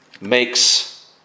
makes